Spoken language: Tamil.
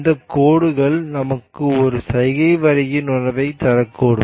இந்த கோடுகள் நமக்கு ஒரு சைகை வரியின் உணர்வைத் தரக்கூடும்